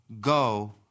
Go